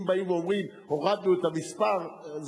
אם באים ואומרים: הורדנו את המספר,